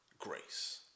grace